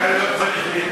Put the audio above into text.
אתה לא צריך להתאמץ.